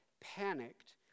Panicked